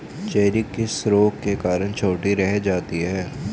Cherry किस रोग के कारण छोटी रह जाती है?